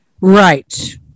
Right